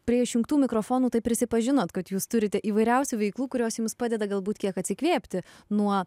prie išjungtų mikrofonų tai prisipažinot kad jūs turite įvairiausių veiklų kurios jums padeda galbūt kiek atsikvėpti nuo